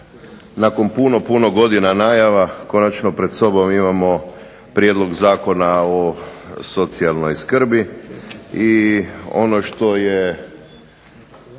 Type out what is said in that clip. nakon puno, puno godina najava konačno pred sobom imamo Prijedlog zakona o socijalnoj skrbi. I ono što je